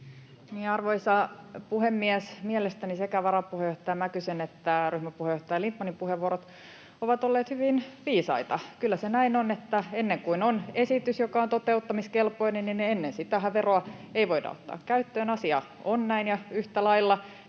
Arvoisa puhemies! Mielestäni sekä varapuheenjohtaja Mäkysen että ryhmäpuheenjohtaja Lindtmanin puheenvuorot ovat olleet hyvin viisaita. Kyllä se näin on, että ennen kuin on esitys, joka on toteuttamiskelpoinen, ennen sitähän veroa ei voida ottaa käyttöön. Asia on näin. Yhtä lailla